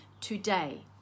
today